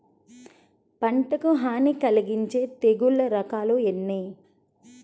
పంటకు హాని కలిగించే తెగుళ్ల రకాలు ఎన్ని?